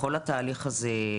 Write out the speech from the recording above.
בכל התהליך הזה,